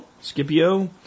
Scipio